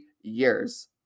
years